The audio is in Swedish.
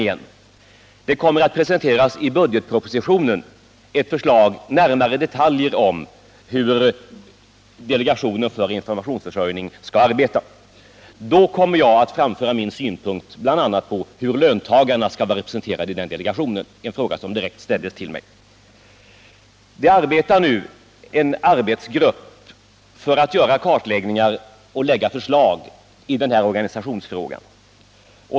I budgetpropositionen kommer då att presenteras ett förslag med närmare detaljer om hur delegationen för informationsförsörjning skall arbeta. Då Nr 38 kommer jag att framföra min synpunkt bl.a. på hur löntagarna skall vara representerade i denna delegation, en fråga som ställdes direkt till mig. En arbetsgrupp är nu verksam för att göra kartläggningar och utarbeta förslag i denna organisationsfråga.